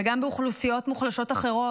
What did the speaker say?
וגם באוכלוסיות מוחלשות אחרות,